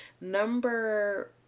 Number